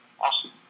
Awesome